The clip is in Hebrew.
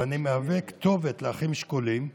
ואני מהווה כתובת לאחים שכולים,